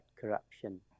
corruption